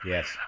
Yes